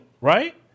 Right